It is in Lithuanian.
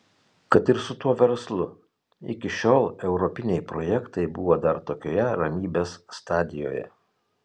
kad ir su tuo verslu iki šiol europiniai projektai buvo dar tokioje ramybės stadijoje